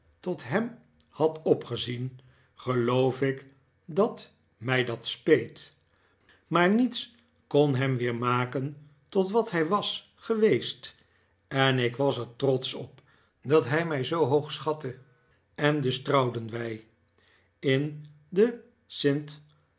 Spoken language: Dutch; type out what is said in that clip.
tot hem had opgezien geloof ik dat mij dat speet maar niets kon hem weer maken tot wat hij was geweest en ik was er trotsch op dat hij mij zoo hoog schatte en dus trouwden wij in de st